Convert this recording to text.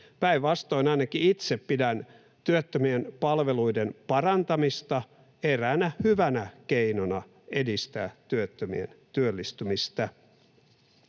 Päinvastoin ainakin itse pidän työttömien palveluiden parantamista eräänä hyvänä keinona edistää työttömien työllistymistä.